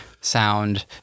sound